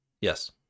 Yes